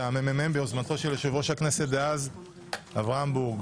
ביוזמתו של יושב-ראש הכנסת דאז אברהם בורג.